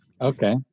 Okay